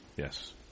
Yes